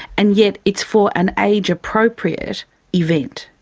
and yet it's for an age-appropriate event.